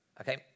Okay